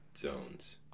zones